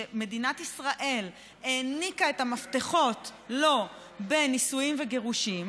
שמדינת ישראל העניקה לו את המפתחות בנישואים וגירושים,